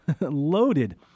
loaded